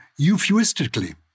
euphuistically